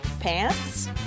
Pants